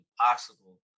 impossible